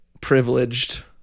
privileged